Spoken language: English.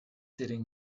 sitting